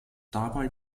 dabei